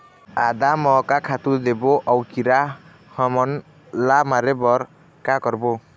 आदा म का खातू देबो अऊ कीरा हमन ला मारे बर का करबो?